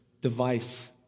device